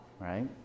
right